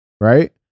Right